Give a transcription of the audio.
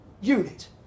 unit